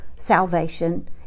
salvation